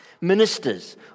ministers